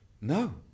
No